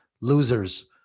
losers